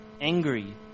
angry